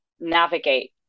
navigate